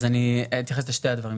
אז אני אתייחס לשני הדברים.